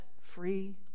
free